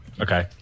okay